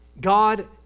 God